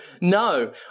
no